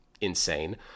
insane